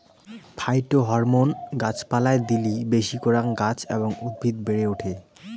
phytohormone গাছ পালায় দিলি বেশি করাং গাছ এবং উদ্ভিদ বেড়ে ওঠে